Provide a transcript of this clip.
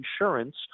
insurance